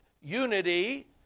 unity